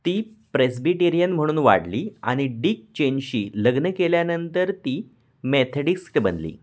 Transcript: ती प्रेस्बिटेरियन म्हणून वाढली आणि डीक चेनशी लग्न केल्यानंतर ती मॅथेडिस्क बनली